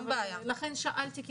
לכן שאלתי,